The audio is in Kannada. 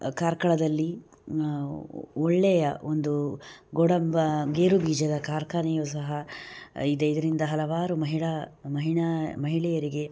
ಕಾರ್ಕಳದಲ್ಲಿ ಒಳ್ಳೆಯ ಒಂದು ಗೊಡಂಬಿ ಗೇರುಬೀಜದ ಕಾರ್ಖಾನೆಯು ಸಹ ಇದೆ ಇದರಿಂದ ಹಲವಾರು ಮಹಿಳಾ ಮಹಿಳಾ ಮಹಿಳೆಯರಿಗೆ